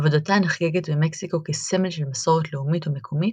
עבודתה נחגגת במקסיקו כסמל של מסורת לאומית ומקומית,